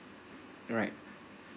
alright